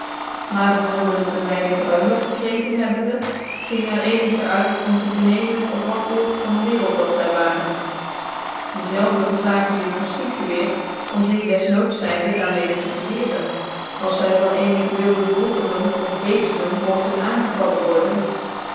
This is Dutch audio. maar dc handen een weinig ruymcr gekreegen hebbende ging er eenige uit om te vernemen op wat oord van de waarcld dat zy waren dezelve verlagen zig van fchietgewcer om zig des noods zyndc daar mede te verweren als zy van cenigc wilde volkercru of heften mogten aangevallen worden